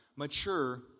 mature